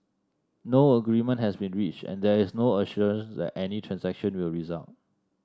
no agreement has been reached and there is no assurance that any transaction will result